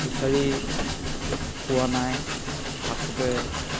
বিচাৰি পোৱা নাই থাকোঁতে